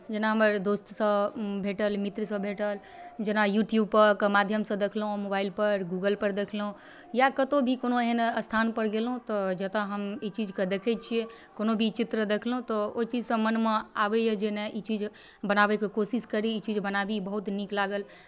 जेना हमरा दोस्तसँ भेटल मित्रसँ भेटल जेना यूट्यूब परके माध्यमसँ देखलहुँ हम मोबाइलपर गूगलपर देखलहुँ या कतहु भी कोनो एहन स्थानपर गेलहुँ तऽ जतय हम ई चीजकेँ देखै छियै कोनो भी चित्र देखलहुँ तऽ ओ चीजसँ मनमे आबैए जे नहि ई चीज बनाबैके कोशिश करी ई चीज बनाबी बहुत नीक लागल